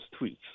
tweets